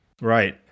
Right